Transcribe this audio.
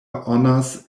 honors